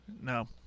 No